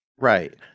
Right